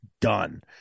Done